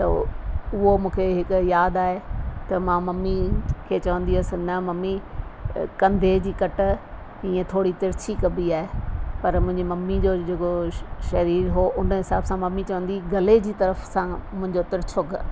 त उहो मूंखे हिकु यादि आहे त मां मम्मी खे चवंदी हुअसि न मम्मी कंधे जी कट ईअं थोरी तिरछी कबी आहे पर मुंहिंजी मम्मी जो जेको श शरीरु हो उन हिसाब सां मम्मी चवंदी हुई गले जी तरफ़ु सां मुंहिंजो तिरछो ग